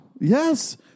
Yes